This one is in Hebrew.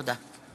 תודה.